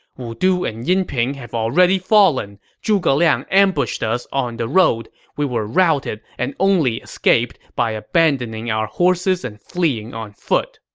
wudu and yinping have already fallen. zhuge liang ambushed us on the road. we were routed and only escaped by abandoning our horses and fleeing on foot.